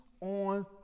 on